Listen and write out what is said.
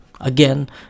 again